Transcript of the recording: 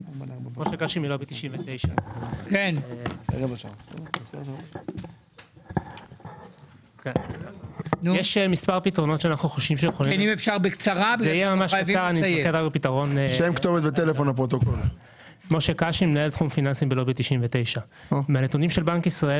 אני מנהל תחום פיננסים בלובי 99. מהנתונים של בנק ישראל,